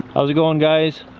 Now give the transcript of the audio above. how's it going, guys?